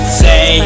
say